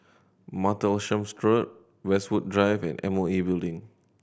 Martlesham Road Westwood Drive and M O E Building